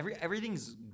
Everything's